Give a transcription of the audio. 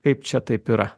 kaip čia taip yra